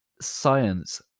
science